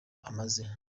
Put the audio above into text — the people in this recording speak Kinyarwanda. amaze